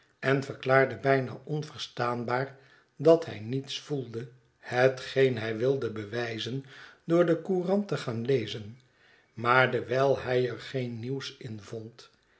en verklaarde bijna onverstaanbaar dat hij niets voelde hetgeen hij wilde bewijzen door de courant te gaan lezen maar dewijl hij er geen nieuws in vond